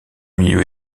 milieu